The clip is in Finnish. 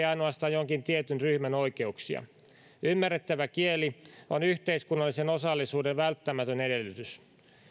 ainoastaan jonkin tietyn ryhmän oikeuksia ymmärrettävä kieli on yhteiskunnallisen osallisuuden välttämätön edellytys